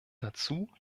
dazu